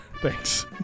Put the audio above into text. thanks